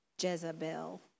Jezebel